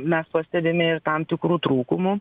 mes pastebime ir tam tikrų trūkumų